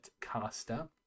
caster